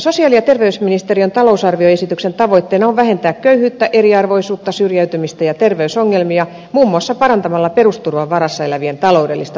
sosiaali ja terveysministeriön talousarvioesityksen tavoitteena on vähentää köyhyyttä eriarvoisuutta syrjäytymistä ja terveysongelmia muun muassa parantamalla perusturvan varassa elävien taloudellista toimeentuloa